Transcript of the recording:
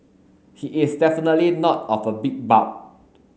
he is definitely not of a big bulk